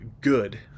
good